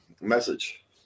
message